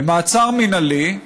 במעצר מינהלי,